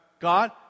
God